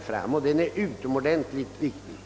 fram, och den är utomordentligt viktig.